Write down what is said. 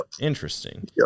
interesting